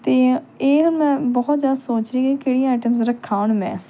ਅਤੇ ਇਹ ਮੈਂ ਬਹੁਤ ਜ਼ਿਆਦਾ ਸੋਚ ਰਹੀ ਹਾਂ ਕਿਹੜੀਆਂ ਆਈਟਮਸ ਰੱਖਾਂ ਹੁਣ ਮੈਂ